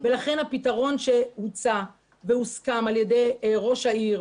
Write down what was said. לכן פתרון שהוצע והוסכם על ידי ראש העיר,